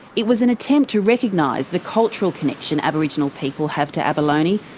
it was an attempt to recognise the cultural connection aboriginal people have to abalone,